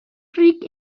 freak